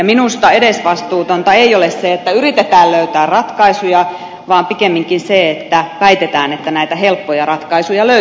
minusta edesvastuutonta ei ole se että yritetään löytää ratkaisuja vaan pikemminkin se että väitetään että näitä helppoja ratkaisuja löytyisi